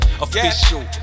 official